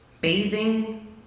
bathing